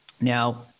Now